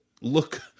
look